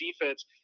defense